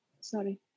sorry